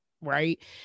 right